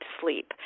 sleep